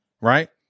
right